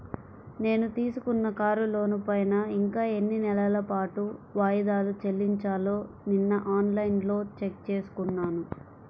నేను తీసుకున్న కారు లోనుపైన ఇంకా ఎన్ని నెలల పాటు వాయిదాలు చెల్లించాలో నిన్నఆన్ లైన్లో చెక్ చేసుకున్నాను